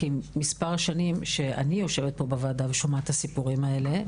כי מספר השנים שאני יושבת פה בוועדה ושומעת את הסיפורים האלה,